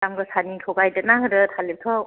दाम गोसानिखौ गायदेरना होदो थालिरखौ